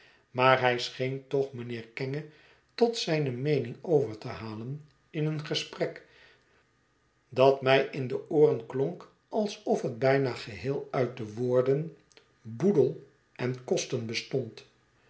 maar hij scheen toch mijnheer kenge tot zijne meening over te halen in een gesprek dat mij in de ooren klonk alsof het bijna geheel uit de woorden boedel en kosten bestond